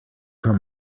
from